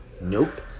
Nope